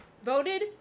Voted